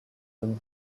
him